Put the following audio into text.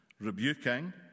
rebuking